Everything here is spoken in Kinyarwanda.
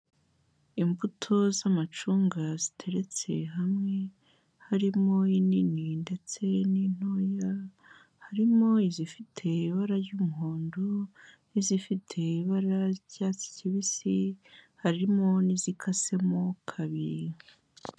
Imbuto z'amacunga ziteretse hamwe harimo inini ndetse n'intoya, harimo izifite ibara ry'umuhondo n'izifite ibara ry'icyatsi kibisi, harimo n'izikasemo kabiri.